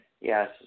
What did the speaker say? Yes